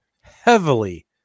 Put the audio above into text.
heavily